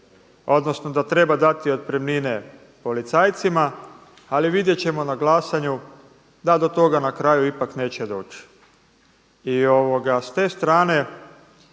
odnosno da treba dati otpremnine policajcima. Ali vidjet ćemo na glasanju da do toga na kraju ipak neće doći.